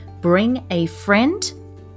BRINGAFRIEND